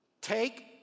Take